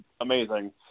amazing